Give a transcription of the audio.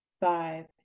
five